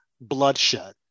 bloodshed